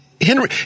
Henry